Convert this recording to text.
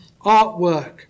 artwork